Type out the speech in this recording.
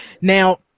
Now